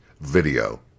video